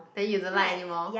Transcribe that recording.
then you don't like anymore